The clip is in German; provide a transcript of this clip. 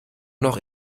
noch